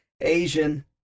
Asian